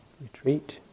retreat